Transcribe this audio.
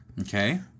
Okay